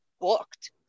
booked